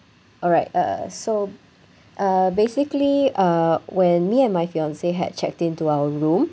alright uh so uh basically uh when me and my fiance had checked into our room